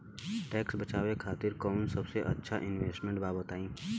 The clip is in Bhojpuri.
टैक्स बचावे खातिर कऊन सबसे अच्छा इन्वेस्टमेंट बा बताई?